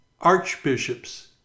archbishops